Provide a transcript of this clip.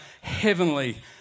heavenly